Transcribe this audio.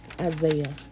Isaiah